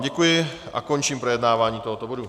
Děkuji a končím projednávání tohoto bodu.